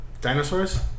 Dinosaurs